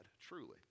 truly